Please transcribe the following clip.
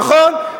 נכון,